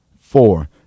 Four